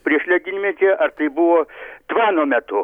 prieš ledynmetį ar tai buvo tvano metu